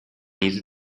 easy